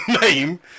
name